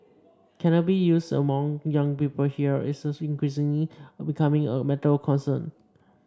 cannabis use among young people here is increasingly becoming a matter for concern